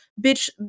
bitch